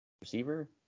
receiver